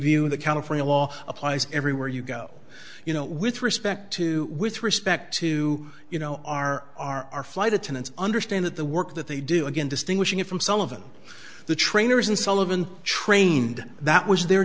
view the california law applies everywhere you go you know with respect to with respect to you know our our flight attendants understand that the work that they do again distinguishing it from sullivan the trainers and sullivan trained that was their